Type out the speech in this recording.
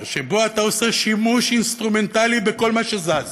שבו אתה עושה שימוש אינסטרומנטלי בכל מה שזז